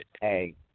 Hey